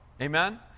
Amen